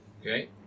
Okay